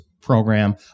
program